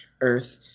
Earth